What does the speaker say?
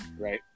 Right